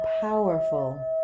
powerful